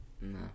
no